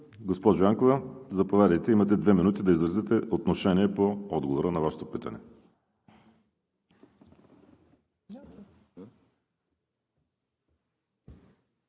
Госпожо Янкова, заповядайте – имате две минути, за да изразите отношение по отговора на Вашето питане.